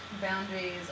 boundaries